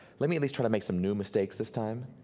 let me at least try to make some new mistakes this time,